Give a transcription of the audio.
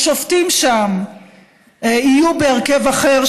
שהשופטים שם יהיו בהרכב אחר,